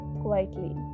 quietly